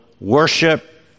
worship